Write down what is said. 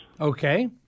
Okay